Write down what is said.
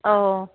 অঁ